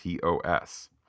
TOS